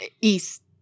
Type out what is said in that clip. East